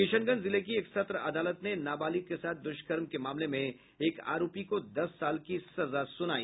किशनगंज जिले की एक सत्र अदालत ने नाबालिग के साथ दुष्कर्म के मामले में एक आरोपी को दस साल की सजा सुनाई